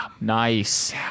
Nice